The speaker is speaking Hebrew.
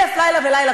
אלף לילה ולילה,